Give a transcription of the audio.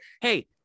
hey